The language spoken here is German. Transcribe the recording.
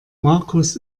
markus